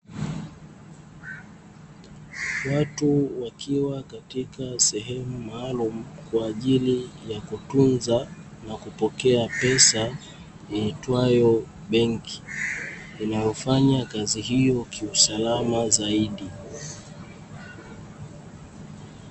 Watu wakiwa katika sehemu maalumu, kwa ajili ya kutunza na kupokea pesa iitwayo benki, inayofanya kazi hiyo kiusalama zaidi.